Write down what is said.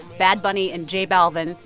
bad bunny and j balvin,